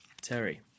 Terry